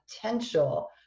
potential